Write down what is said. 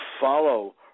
follow